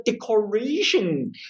decoration